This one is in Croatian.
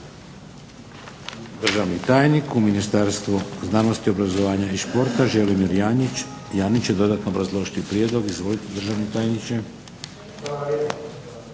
Državni tajnik u Ministarstvu znanosti, obrazovanja i športa Želimir Janjić će dodatno obrazložiti prijedlog. Izvolite državni tajniče.